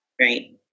Right